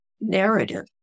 narrative